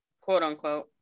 quote-unquote